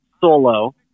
solo